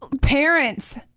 parents